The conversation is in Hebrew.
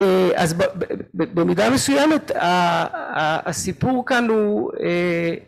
אז במידה מסוימת הסיפור כאן הוא